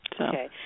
Okay